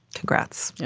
congrats.